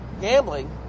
Gambling